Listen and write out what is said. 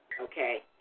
Okay